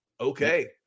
Okay